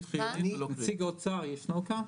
נציג האוצר ישנו כאן?